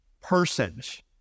persons